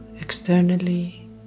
externally